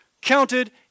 counted